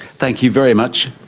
thank you very much.